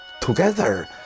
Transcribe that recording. together